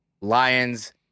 Lions